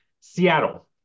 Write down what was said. Seattle